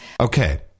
Okay